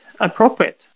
appropriate